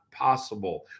possible